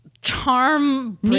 charm